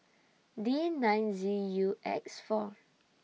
D nine Z U X four